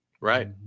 Right